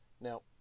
Now